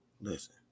Listen